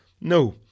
No